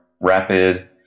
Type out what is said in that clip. rapid